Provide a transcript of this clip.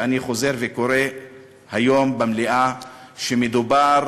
ואני חוזר וקורא היום במליאה: מדובר